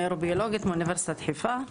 נוירו-ביולוגית מאוניברסיטת חיפה.